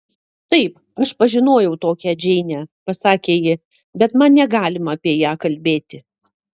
taip aš pažinojau tokią džeinę pasakė ji bet man negalima apie ją kalbėti